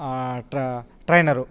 ట్ర trainer